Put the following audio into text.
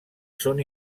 són